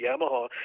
yamaha